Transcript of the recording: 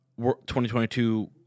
2022